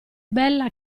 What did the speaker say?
bella